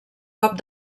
cop